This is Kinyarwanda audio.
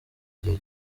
igihe